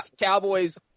Cowboys